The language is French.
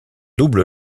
double